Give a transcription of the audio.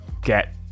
get